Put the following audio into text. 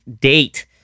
date